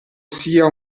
sia